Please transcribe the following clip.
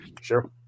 Sure